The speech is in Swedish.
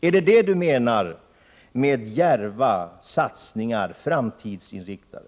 Är det det ni menar med djärva, framtidsinriktade satsningar?